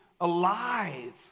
alive